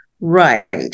Right